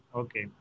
okay